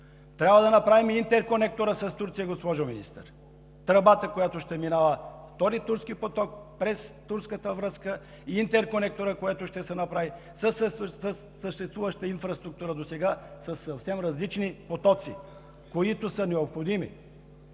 трябва да направим и интерконектора с Турция, госпожо Министър – тръбата, която ще минава, втори „Турски поток“ през турската връзка и интерконектора, който ще се направи със съществуващата инфраструктура досега, със съвсем различни потоци, които са необходими